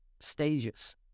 stages